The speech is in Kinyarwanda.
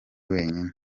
wenyine